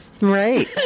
Right